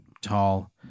tall